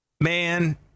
man